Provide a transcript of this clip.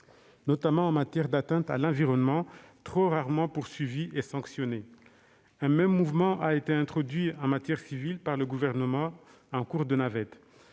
notamment en matière d'atteintes à l'environnement, trop rarement poursuivies et sanctionnées. Un même mouvement a été introduit en matière civile par le Gouvernement en cours de navette.